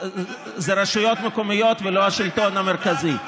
זה רשויות מקומיות ולא השלטון המרכזי.